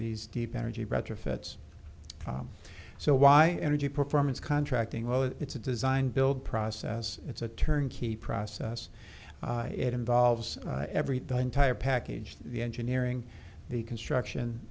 these deep energy retrofits so why energy performance contracting it's a design build process it's a turnkey process it involves everything entire package the engineering the construction